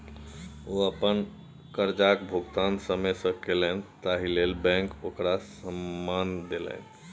ओ अपन करजाक भुगतान समय सँ केलनि ताहि लेल बैंक ओकरा सम्मान देलनि